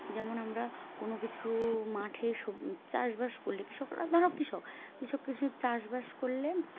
যেমন আমরা কোনো কিছু মাঠে সব চাষবাস করলে কৃষকরা ধরো কৃষক কৃষক কিছু চাষবাস করলে